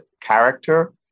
character